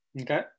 Okay